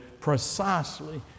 precisely